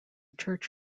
church